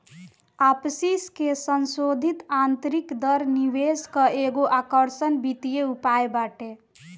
वापसी के संसोधित आतंरिक दर निवेश कअ एगो आकर्षक वित्तीय उपाय बाटे